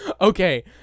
Okay